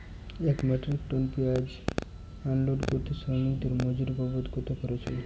এক metric ton পেঁয়াজ unload করতে শ্রমিকের মজুরি বাবদ কত খরচ হয়?